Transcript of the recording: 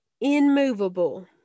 immovable